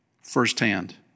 firsthand